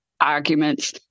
arguments